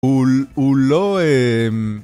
הוא, הוא לא